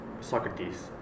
Socrates